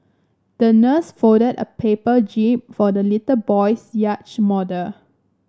the nurse folded a paper jib for the little boy's yacht model